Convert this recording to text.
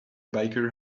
biker